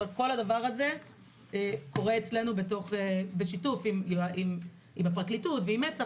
אבל כל הדבר הזה קורה אצלנו בשיתוף עם הפרקליטות ועם מצ"ח.